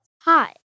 Hi